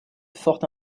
forte